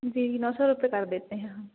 जी नौ सौ रुपये कर देते हैं हम